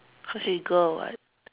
so she girl or what